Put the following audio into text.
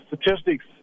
statistics